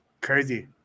Crazy